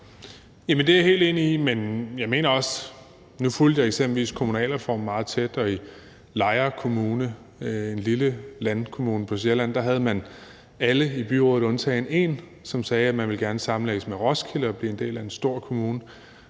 Bek): Det er jeg helt enig i. Men nu fulgte jeg eksempelvis kommunalreformen meget tæt, og i Lejre Kommune – en lille landkommune på Sjælland – sagde alle i byrådet undtagen en, at man gerne ville sammenlægges med Roskilde Kommune og blive en del af en stor kommune.